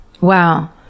wow